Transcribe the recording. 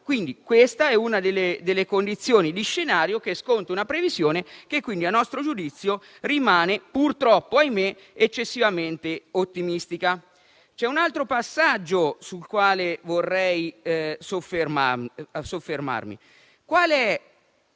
Questa è una delle condizioni di scenario che sconta una previsione che, a nostro giudizio, rimane, purtroppo, ahimè, eccessivamente ottimistica. C'è un altro passaggio sul quale vorrei soffermarmi. Qual